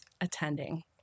attending